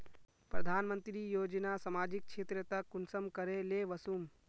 प्रधानमंत्री योजना सामाजिक क्षेत्र तक कुंसम करे ले वसुम?